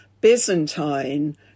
Byzantine